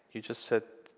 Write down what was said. you just said,